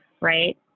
right